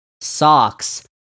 Socks